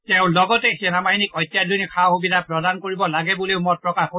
তেওঁ লগতে সেনাবাহিনীক অত্যাধুনিক সা সুবিধা প্ৰদান কৰিব লাগে বুলিও মত প্ৰকাশ কৰে